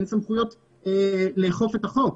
אין סמכויות לאכוף את החוק.